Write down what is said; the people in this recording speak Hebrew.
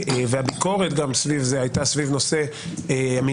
והביקורת סביב זה הייתה סביב נושא המינויים,